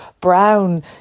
brown